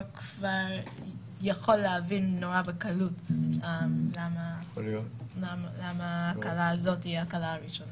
יכול להבין בקלות למה ההקלה הזאת היא ההקלה הראשונה.